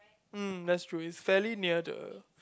mm that's true is fairly near the